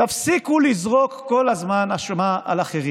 תפסיקו לזרוק כל הזמן אשמה על אחרים.